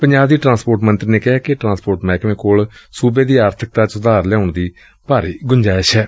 ਪੰਜਾਬ ਦੀ ਟਰਾਂਸਪੋਰਟ ਮੰਤਰੀ ਨੇ ਕਿਹਾ ਕਿ ਟਰਾਂਸਪੋਰਟ ਮਹਿਕਮੇ ਕੋਲ ਸੁਬੇ ਦੀ ਆਰਥਿਕਤਾ ਵਿਚ ਸੁਧਾਰ ਲਿਆਉਣ ਲਈ ਭਾਰੀ ਗੁੰਜਇਸ਼ ਏ